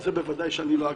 זה ודאי שאני לא אגיד.